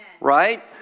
Right